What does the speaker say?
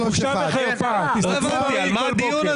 לא הבנתי, על מה הדיון הזה?